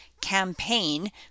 Campaign